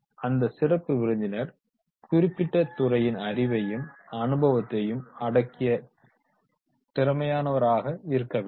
அந்த சிறப்பு விருந்தினர் குறிப்பிட்ட துறையின் அறிவையும் அனுபவத்தையும் அடக்கிய திறமையாக ராக் இருக்க வேண்டும்